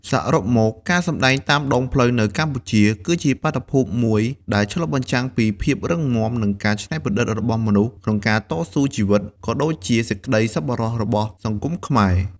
សរុបមក ការសម្ដែងតាមដងផ្លូវនៅកម្ពុជា គឺជាបាតុភូតមួយដែលឆ្លុះបញ្ចាំងពីភាពរឹងមាំ និងការច្នៃប្រឌិតរបស់មនុស្សក្នុងការតស៊ូជីវិត ក៏ដូចជាសេចក្តីសប្បុរសរបស់សង្គមខ្មែរ។